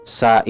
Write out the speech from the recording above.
sa